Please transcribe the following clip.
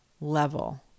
level